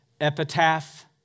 epitaph